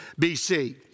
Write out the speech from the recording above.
BC